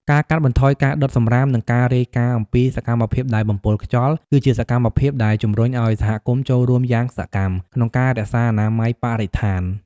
ការកាត់បន្ថយការដុតសំរាម និងការរាយការណ៍អំពីសកម្មភាពដែលបំពុលខ្យល់ គឺជាសកម្មភាពដែលជំរុញឱ្យសហគមន៍ចូលរួមយ៉ាងសកម្មក្នុងការរក្សាអនាម័យបរិស្ថាន។